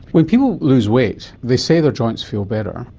when people lose weight they say their joints feel better.